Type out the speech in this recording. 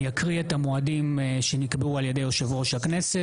אני אקריא את המועדים שנקבעו על ידי יושב-ראש הכנסת,